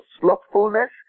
slothfulness